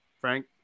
Frank